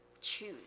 choose